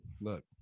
look